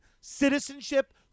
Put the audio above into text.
Citizenship